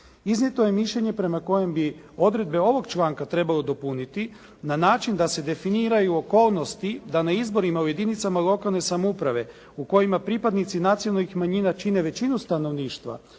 Iznijeto je mišljenje prema kojem bi odredbe ovog članaka trebalo dopuniti na način da se definiraju okolnosti da na izborima u jedinicama lokalne samouprave u kojima pripadnici nacionalnih manjina čine većinu stanovništva,